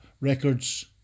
records